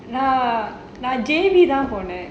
நான்:naan J_B தான் ponaen